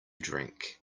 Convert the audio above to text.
drink